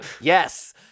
Yes